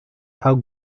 how